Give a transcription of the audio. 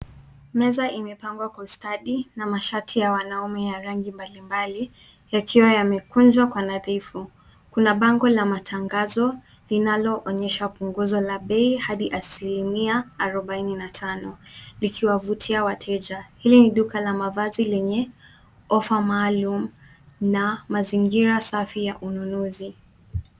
Meza imepangwa kwa ustadi na mashati ya wanaume ya rangi mbalimbali yakiwa yamekunjwa kwa nadhifu. Kuna bango la matangazo linaloonyesha punguzo la bei hadi asilimia arobaini na tano likiwavutia wateja. Hili ni nguo la mavazi lenye ofa maalum na mazingira safi ya ununuzi.